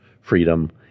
freedom